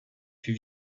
fut